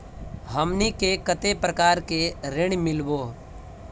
हमनी के कते प्रकार के ऋण मीलोब?